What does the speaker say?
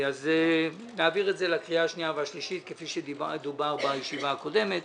אז נעביר את זה לקריאה השנייה והשלישית כפי שדובר בישיבה הקודמת.